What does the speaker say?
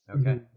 okay